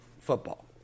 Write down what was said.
football